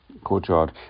Courtyard